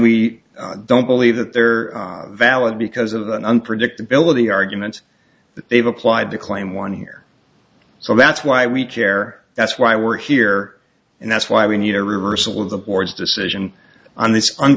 we don't believe that they're valid because of the unpredictability arguments that they've applied to claim one here so that's why we care that's why we're here and that's why we need a reversal of the board's decision on this